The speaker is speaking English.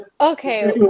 Okay